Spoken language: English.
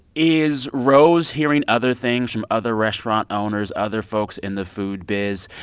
is rose hearing other things from other restaurant owners, other folks in the food biz?